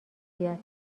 بیاد